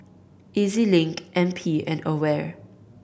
E Z Link N P and AWARE